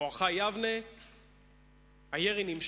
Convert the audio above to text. בואכה יבנה, נמשך,